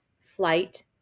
flight